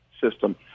system